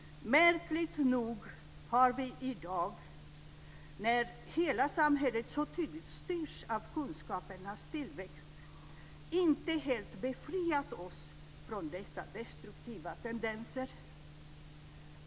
Märkligt nog har vi i dag, när hela samhället så tydligt styrs av kunskapernas tillväxt, inte helt befriat oss från dessa destruktiva tendenser.